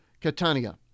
Catania